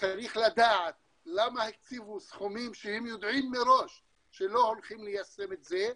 צריך לדעת למה הקציבו סכומים כשהם יודעים מראש שלא הולכים ליישם את זה,